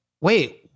wait